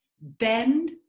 bend